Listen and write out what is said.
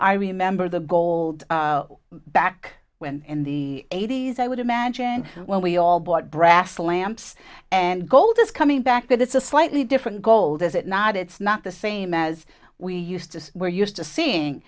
i remember the gold back when in the eighty's i would imagine when we all bought brass lamps and gold is coming back that it's a slightly different gold is it not it's not the same as we used to we're used to seeing